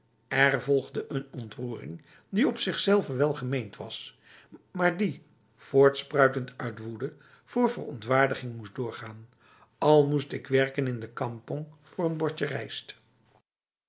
er volgde een ontroering die op zichzelve welgemeend was maar die voortspruitend uit woede voor verontwaardiging moest doorgaan al moest ik werken in de kampong voor een bordje rijst